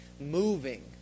moving